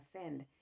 offend